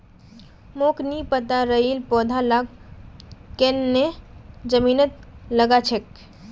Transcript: मोक नी पता राइर पौधा लाक केन न जमीनत लगा छेक